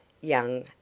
young